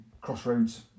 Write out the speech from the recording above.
crossroads